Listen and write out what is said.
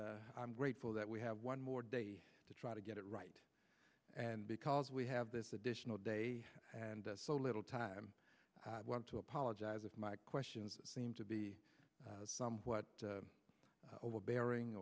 that i'm grateful that we have one more day to try to get it right and because we have this additional day and so little time i want to apologize if my questions that seem to be somewhat overbearing